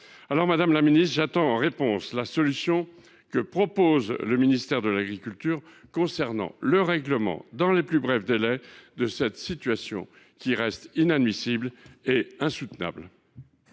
Madame la ministre, j’attends la solution que propose le ministère de l’agriculture concernant le règlement dans les plus brefs délais de cette situation, qui est aussi inadmissible qu’insoutenable.